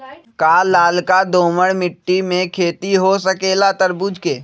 का लालका दोमर मिट्टी में खेती हो सकेला तरबूज के?